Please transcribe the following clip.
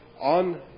on